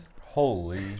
Holy